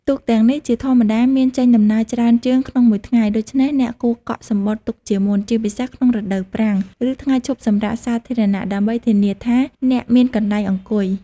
ទូកទាំងនេះជាធម្មតាមានចេញដំណើរច្រើនជើងក្នុងមួយថ្ងៃ ដូច្នេះអ្នកគួរកក់សំបុត្រទុកជាមុន ជាពិសេសក្នុងរដូវប្រាំង ឬថ្ងៃឈប់សម្រាកសាធារណៈ ដើម្បីធានាថាអ្នកមានកន្លែងអង្គុយ។